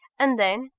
and then,